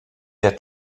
der